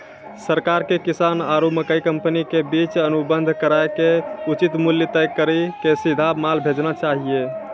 सरकार के किसान आरु मकई कंपनी के बीच अनुबंध कराय के उचित मूल्य तय कड़ी के सीधा माल भेजना चाहिए?